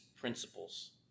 principles